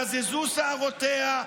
גזזו שערותיה,